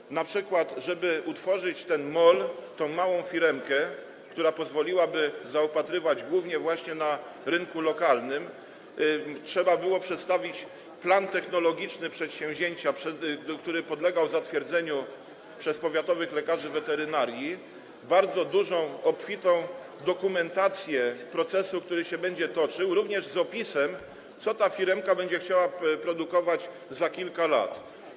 Żeby np. utworzyć ten MOL, tę małą firmę, która pozwoliłaby na zaopatrywanie głównie rynku lokalnego, trzeba było przedstawić plan technologiczny przedsięwzięcia, który podlegał zatwierdzeniu przez powiatowych lekarzy weterynarii, bardzo dużą, obfitą dokumentację procesu, który się będzie toczył, wraz z opisem, co ta firma będzie chciała produkować za kilka lat.